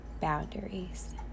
boundaries